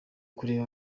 kureka